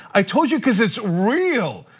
i told you cuz it's real.